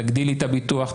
תגדילי את הביטוח,